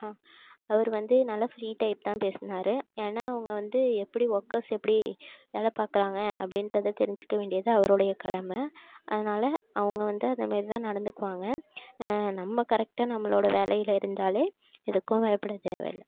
அவர் வந்து நல்லா ஃபிரீ டைப்தான் பேசினாரு ஏன்னால் அவங்க வந்து எப்படி ஒர்க்கர்ஸ் எப்படி வேலை பார்க்குறாங்க அப்படின்றத தெரிஞ்சுக்க வேண்டியது அவரோடைய கடமை அதனால் அவங்க வந்து அதை மாரிதான் நடந்துக்குவாங்க நம்ம கரெக்ட்டாக நம்மளோட வேலையில் இருந்தாலே எதுக்கும் பயப்பட தேவையில்லை